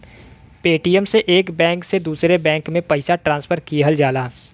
Paytm से एक bank से दूसरे बैंक में पइसा ट्रांसफर किहल जाला